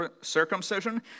circumcision